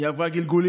היא עברה גלגולים.